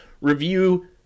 review